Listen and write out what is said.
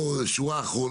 עמרי, תגיע לשורה התחתונה.